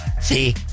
See